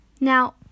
Now